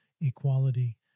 equality